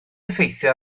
effeithio